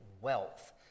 wealth